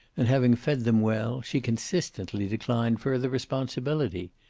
and having fed them well, she consistently declined further responsibility.